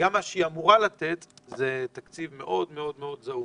ושמה שהיא אמורה לתת זה תקציב מאוד מאוד זעום.